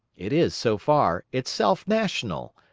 it is, so far, itself national,